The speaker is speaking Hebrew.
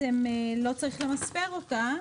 לא צריך למספר אותה.